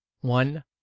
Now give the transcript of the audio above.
One